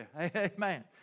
Amen